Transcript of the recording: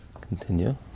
Continue